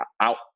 out